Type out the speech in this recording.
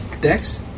dex